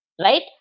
Right